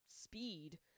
speed